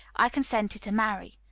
i consented to marry.